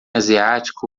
asiático